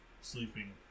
sleeping